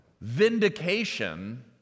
vindication